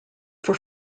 for